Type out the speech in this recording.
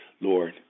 Lord